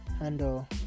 handle